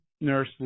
nurse